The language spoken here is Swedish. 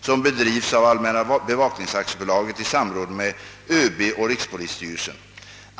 som bedrivs. av Allmänna bevakningsaktiebolaget i samråd med överbefälhavaren och rikspolisstyrelsen.